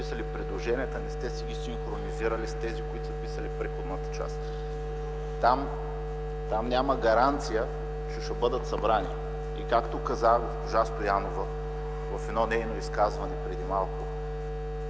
като сте писали предложенията, не сте си ги синхронизирали с тези, които са писали приходната част. Там няма гаранция, че ще бъдат събрани. И както каза госпожа Стоянова в едно нейно изказване преди малко,